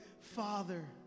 father